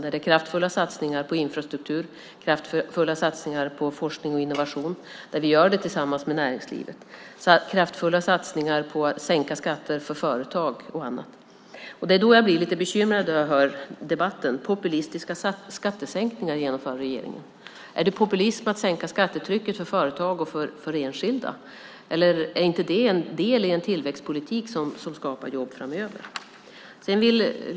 Den innehåller kraftfulla satsningar på infrastruktur och på forskning och innovation, och vi gör detta tillsammans med näringslivet. Det är också kraftfulla satsningar på sänkningar av skatter för företag och annat. Jag blir då lite bekymrad när jag hör debatten. Det sägs att regeringen genomför populistiska skattesänkningar. Är det populism att sänka skattetrycket för företag och för enskilda? Är inte det en del i en tillväxtpolitik som skapar jobb framöver?